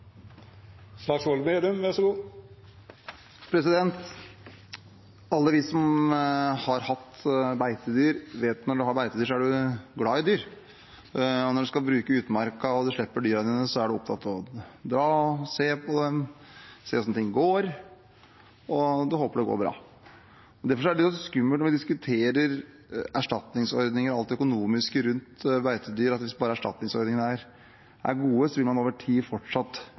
glad i dyr. Og når man skal bruke utmarka og man slipper dyra sine, så er man opptatt av å dra og se til dem, se hvordan ting går – og man håper det går bra. Derfor er det skummelt når vi diskuterer erstatningsordninger og alt det økonomiske rundt beitedyr, å tro at hvis bare erstatningsordningene er gode, vil man over tid fortsatt